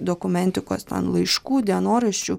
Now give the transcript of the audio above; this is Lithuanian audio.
dokumentikos ten laiškų dienoraščių